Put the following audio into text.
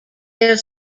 their